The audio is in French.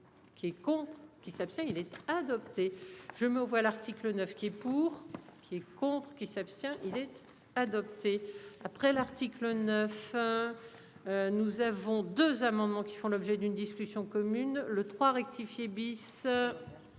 Qui est contre. Qui s'abstient il était adopté. Je me vois l'article 9 qui est pour. Qui est contre qui s'abstient-il être adopté après l'article 9. Nous avons 2 amendements qui font l'objet d'une discussion commune le 3 rectifier bis.